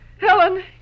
Helen